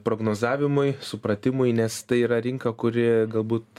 prognozavimui supratimui nes tai yra rinka kuri galbūt